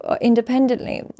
independently